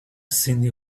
cyndi